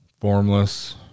formless